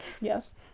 Yes